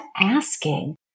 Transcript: asking